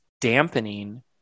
dampening